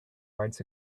rides